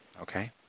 Okay